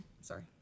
Sorry